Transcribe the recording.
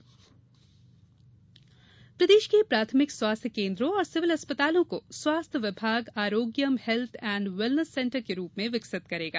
wellness centre प्रदेश के प्राथमिक स्वास्थ्य केन्द्रों और सिविल अस्पतालों को स्वास्थ्य विभाग Arogyam health and wellness centre के रूप में विकसित करेगा